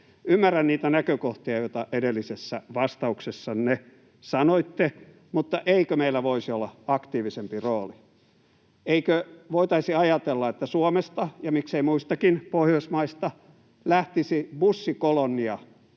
Ymmärrän niitä näkökohtia, joita edellisessä vastauksessanne sanoitte, mutta eikö meillä voisi olla aktiivisempi rooli? Eikö voitaisi ajatella, että Suomesta ja miksei muistakin Pohjoismaista lähtisi bussikolonnia